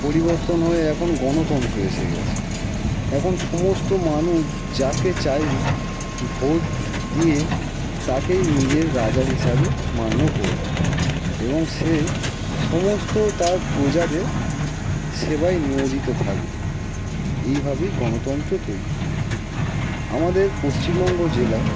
পরিবর্তন হয়ে এখন গণতন্ত্র এসে গেছে এখন সমস্ত মানুষ যাকে চাইবে ভোট দিয়ে তাকেই নিজের রাজা হিসাবে মান্য করবে এবং সে সমস্ত তার প্রজাদের সেবায় নিয়োজিত থাকবে এইভাবেই গণতন্ত্র তৈরি হয়েছে আমাদের পশ্চিমবঙ্গ জেলায়